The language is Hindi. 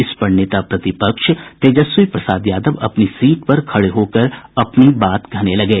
इस पर नेता प्रतिपक्ष तेजस्वी प्रसाद यादव अपनी सीट पर खड़े होकर अपनी बात कहने लगे